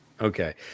okay